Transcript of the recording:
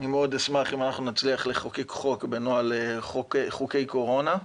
אני מאוד אשמח אם אנחנו נצליח לחוקק חוק בנוהל חוקי קורונה.